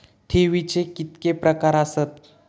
ठेवीचे कितके प्रकार आसत?